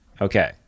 Okay